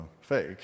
fake